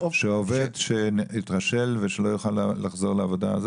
שעובד שהתרשל לא יוכל לחזור לעבודה?